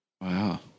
Wow